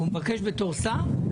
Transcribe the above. הוא מבקר כשר?